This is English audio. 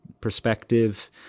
perspective –